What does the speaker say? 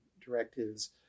directives